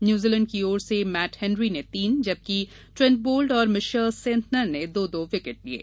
New Zealand की ओर से मैट हेनरी ने तीन जबकि ट्रेंट बोल्ट और मिशेल सेंटनर ने दो दो विकेट लिये